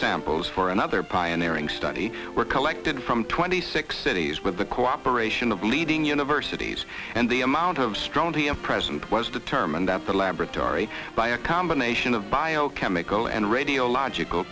samples for another pioneering study were collected from twenty six cities with the cooperation of leading universities and the amount of straw and present it was determined that the laboratory by a combination of bio chemical and radiological